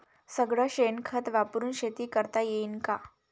सगळं शेन खत वापरुन शेती करता येईन का?